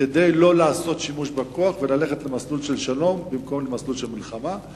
כדי לא לעשות שימוש בכוח וללכת למסלול של שלום במקום למסלול של מלחמה,